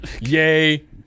Yay